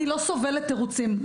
אני לא סובלת תירוצים.